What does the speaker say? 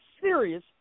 serious